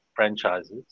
franchises